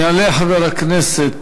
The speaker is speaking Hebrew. יעלה חבר הכנסת